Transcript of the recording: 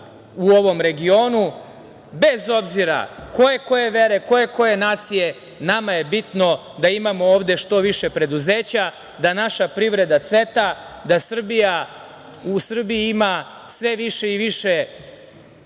u ovom regionu, bez obzira ko je koje vere, ko je koje nacije, nama je bitno da imamo ovde što više preduzeća, da naša privreda cveta, da u Srbiji ima sve više i više